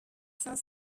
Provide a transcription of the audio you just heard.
cinq